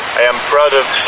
i am proud of